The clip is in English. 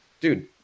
dude